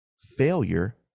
failure